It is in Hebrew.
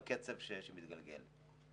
בקצב שזה מתגלגל.